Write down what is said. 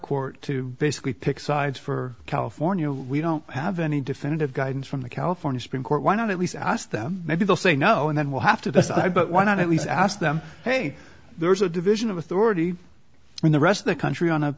court to basically pick sides for california we don't have any definitive guidance from the california supreme court why not at least ask them maybe they'll say no and then we'll have to decide but why not at least ask them hey there's a division of authority in the rest of the country on a